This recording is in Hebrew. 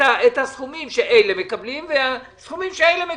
הסכומים שאלה מקבלים ואת הסכומים שאלה מקבלים.